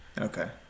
Okay